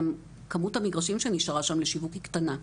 גם כמות המגרשים שנשארה שם לשיווק היא קטנה.